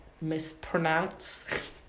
Mispronounce